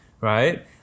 right